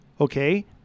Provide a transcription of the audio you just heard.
Okay